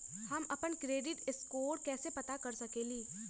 हम अपन credit score कैसे पता कर सकेली?